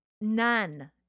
none